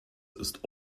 ist